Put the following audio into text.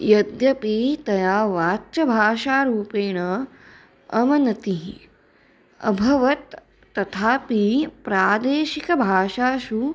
यद्यपि तया वाच्यभाषारूपेण अवनतिः अभवत् तथापि प्रादेशिकभाषासु